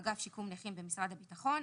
אגף שיקום נכים במשרד הביטחון,